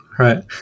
Right